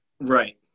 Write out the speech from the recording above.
Right